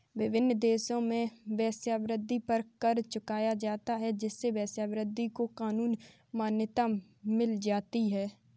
विभिन्न देशों में वेश्यावृत्ति पर कर चुकाया जाता है जिससे वेश्यावृत्ति को कानूनी मान्यता मिल जाती है